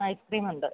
ice cream ഉണ്ട്